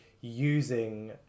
using